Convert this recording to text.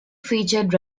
featured